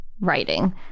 writing